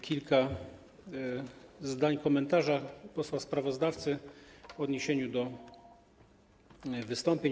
Kilka zdań komentarza posła sprawozdawcy w odniesieniu do wystąpień.